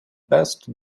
best